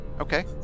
Okay